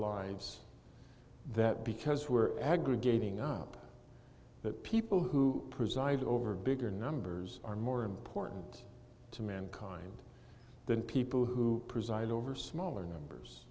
lives that because we're aggregating up that people who presided over bigger numbers are more important to mankind than people who preside over smaller numbers